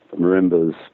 marimbas